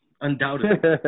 Undoubtedly